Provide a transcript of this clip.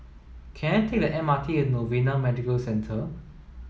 can I take the M R T to Novena Medical Centre